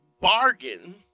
bargain